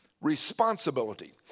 responsibility